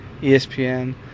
ESPN